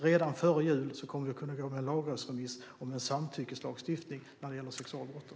Redan före jul kommer vi att kunna gå med en remiss till Lagrådet om en samtyckeslagstiftning när det gäller sexualbrotten.